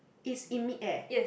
is in mid air